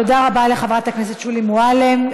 תודה רבה לחברת הכנסת שולי מועלם.